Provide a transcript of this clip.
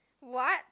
what